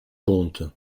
comptes